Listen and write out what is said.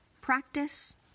Practice